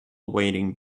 wading